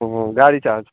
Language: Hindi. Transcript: गाड़ी चार्ज